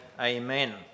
Amen